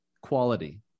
quality